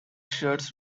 shirts